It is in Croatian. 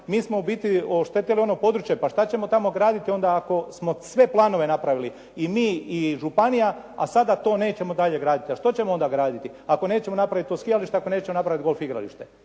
Mi smo ubiti oštetili ono područje, pa što ćemo tamo graditi onda ako smo sve planove napravili i mi i županija, a sada to nećemo dalje graditi. A što ćemo onda graditi? Ako nećemo napraviti to skijalište, ako nećemo napraviti golf igralište.